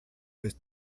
with